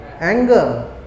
Anger